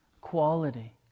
quality